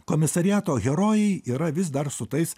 komisariato herojai yra vis dar su tais